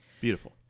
Beautiful